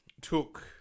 took